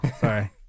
sorry